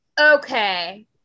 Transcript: okay